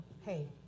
hey